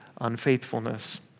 unfaithfulness